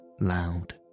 loud